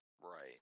Right